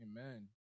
amen